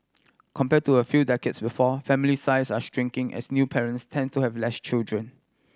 compared to a few decades before family size are shrinking as new parents tend to have less children